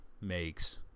makes